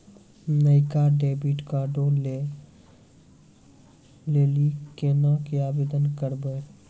नयका डेबिट कार्डो लै लेली केना के आवेदन करबै?